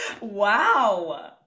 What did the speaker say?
Wow